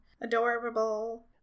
adorable